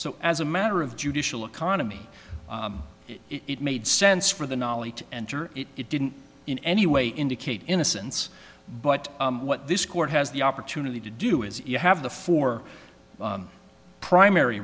so as a matter of judicial economy it made sense for the knowledge to enter it didn't in any way indicate innocence but what this court has the opportunity to do is you have the four primary